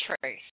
truth